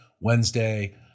Wednesday